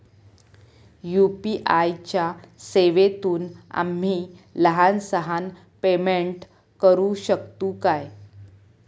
UPI च्या सेवेतून आम्ही लहान सहान पेमेंट करू शकतू काय?